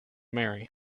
marry